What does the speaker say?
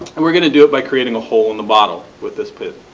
and we are going to do it by creating a hole in the bottle with this pin.